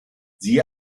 siehe